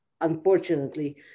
unfortunately